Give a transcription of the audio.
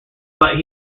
but